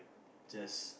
just